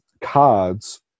cards